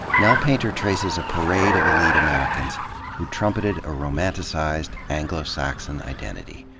nell painter traces a parade of elite americans who trumpeted a romanticized anglo saxon identity.